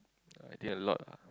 I did a lot ah